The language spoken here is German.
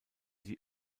die